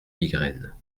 migraine